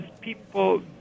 people